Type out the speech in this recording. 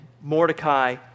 Mordecai